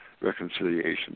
reconciliation